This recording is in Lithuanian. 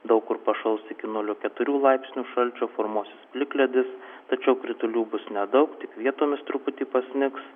daug kur pašals iki nulio keturių laipsnių šalčio formuosis plikledis tačiau kritulių bus nedaug tik vietomis truputį pasnigs